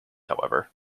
however